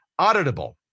Auditable